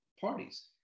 parties